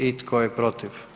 I tko je protiv?